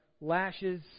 lashes